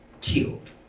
killed